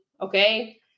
okay